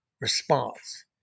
response